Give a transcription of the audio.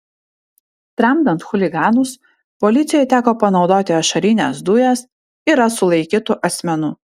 tramdant chuliganus policijai teko panaudoti ašarines dujas yra sulaikytų asmenų